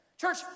church